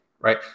right